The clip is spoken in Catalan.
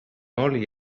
oli